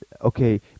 okay